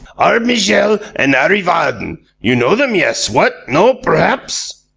arbmishel and arreevadon. you know them, yes, what, no, perhaps?